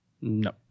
No